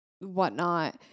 whatnot